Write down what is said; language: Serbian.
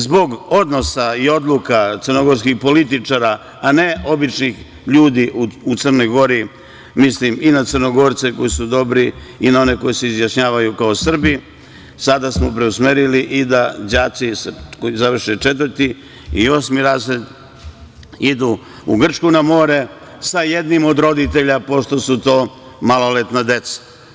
Zbog odnosa i odluka crnogorskih političara, a ne običnih ljudi u Crnoj Gori, mislim i na Crnogorce koji su dobri i na one koji se izjašnjavaju kao Srbi, sada smo preusmerili i da đaci koji završe četvrti i osmi razred idu u Grčku na more sa jednim od roditelja, pošto su to maloletna deca.